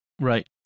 Right